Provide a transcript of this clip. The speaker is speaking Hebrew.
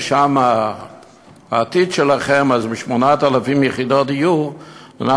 ש"שם העתיד שלכם" אז מ-8,000 יחידות דיור אנחנו